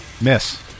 Miss